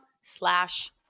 slash